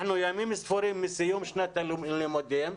אנחנו ימים ספורים מסיום שנת הלימודים,